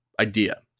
idea